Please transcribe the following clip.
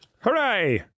Hooray